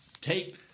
Take